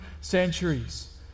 centuries